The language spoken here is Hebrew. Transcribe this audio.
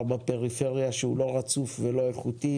בפריפריה שהיא לא רצופה ולא איכותית.